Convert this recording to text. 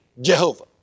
Jehovah